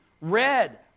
Red